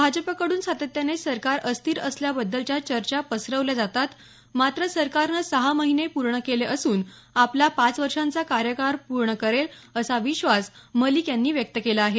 भाजपकडून सातत्याने सरकार अस्थिर असल्याबद्दलच्या चर्चा पसरवल्या जातात मात्र सरकारनं सहा महिने पूर्ण केले असून आपला पाच वर्षांचा कार्यकाळ पूर्ण करेल असा विश्वास मलिक यांनी व्यक्त केला आहे